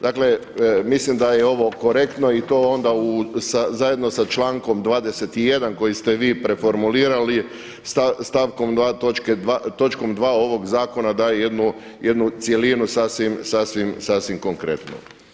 Dakle mislim da je ovo korektno i to onda zajedno sa člankom 21. koji ste vi preformulirali stavkom 2. točkom 2. ovog zakona daje jednu cjelinu sasvim konkretno.